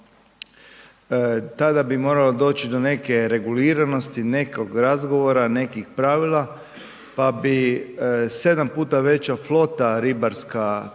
tada bi moralo doći do neke reguliranosti, nekog razgovora, nekih pravila, pa bi 7 puta veća flota ribarska